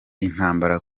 intambara